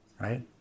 Right